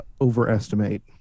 overestimate